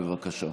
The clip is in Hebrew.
בבקשה.